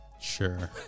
Sure